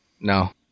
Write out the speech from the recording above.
No